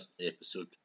episode